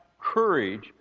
courage